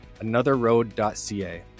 anotherroad.ca